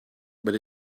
but